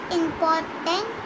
important